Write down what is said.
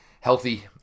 healthy